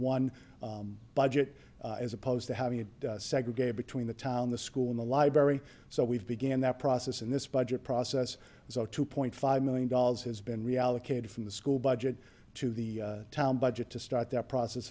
one budget as opposed to having a segregated between the town the school in the library so we've began that process in this budget process so two point five million dollars has been reallocated from the school budget to the town budget to start that process